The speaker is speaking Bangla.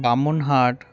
বামুনহাট